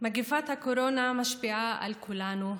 מגפת הקורונה משפיעה על כולנו.